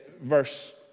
verse